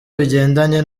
bigendanye